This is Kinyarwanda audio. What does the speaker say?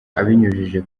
abinyujije